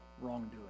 wrongdoing